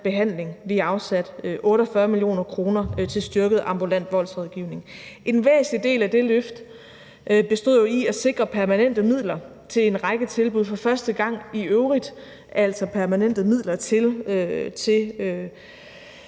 vi afsatte 48 mio. kr. til styrket ambulant voldsrådgivning. En væsentlig del af det løft bestod i at sikre permanente midler til en række tilbud, for første gang i øvrigt, altså permanente midler til